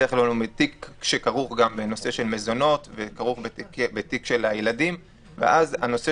בדרך-כלל זה תיק שכרוך במזונות ובילדים ולכן הנושא